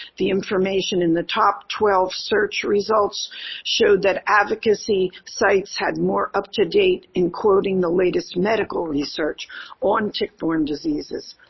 the information in the top twelve search results showed that advocacy sites had more up-to-date in quoting the latest medical research on tick-borne diseases.